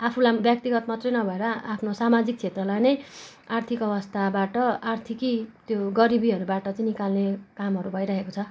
आफूलाई व्यक्तिगत मात्रै न भएर आफ्नो सामाजिक क्षेत्रलाई नै आर्थिक अवस्थाबाट आर्थिकी त्यो गरिबीहरूबाट चै निकाल्ने कामहरू भइरहेको छ